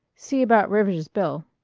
see about rivers' bill.